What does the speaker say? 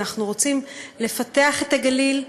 אנחנו רוצים לפתח את הגליל.